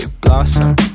blossom